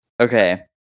Okay